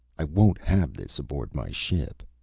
i won't have this aboard my ship!